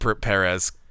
perez